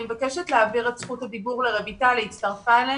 אני מבקשת להעביר את זכות הדיבור לרויטל שמר.